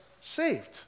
saved